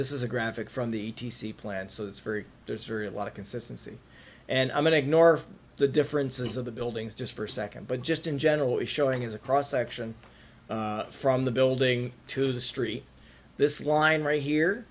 this is a graphic from the plant so it's very there's are a lot of consistency and i'm going to ignore the differences of the buildings just for a second but just in general is showing is a cross section from the building to the street this line right here